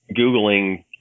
Googling